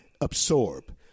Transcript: absorb